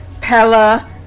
Pella